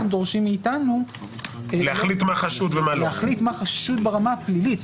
דורשים מאתנו להחליט מה חשוד ברמה הפלילית.